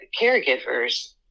caregivers